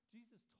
Jesus